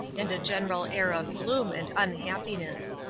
and a general air of gloom and unhappiness.